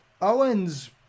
Owen's